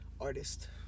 Artist